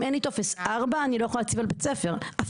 אם אין לי טופס 4 אני לא יכולה להציב על בית ספר אפילו